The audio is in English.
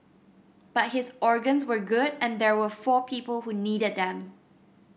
but his organs were good and there were four people who needed them